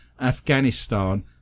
afghanistan